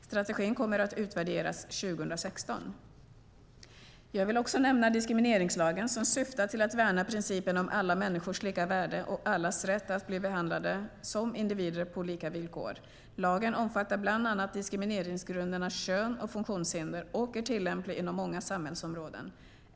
Strategin kommer att utvärderas 2016. Jag vill också nämna diskrimineringslagen som syftar till att värna principen om alla människors lika värde och allas rätt att bli behandlade som individer på lika villkor. Lagen omfattar bland annat diskrimineringsgrunderna kön och funktionshinder och är tillämplig inom många samhällsområden.